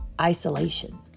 isolation